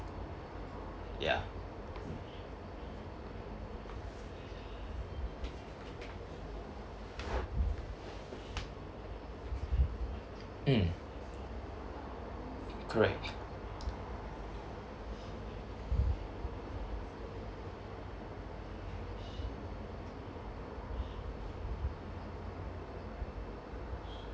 ya mm correct